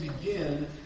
begin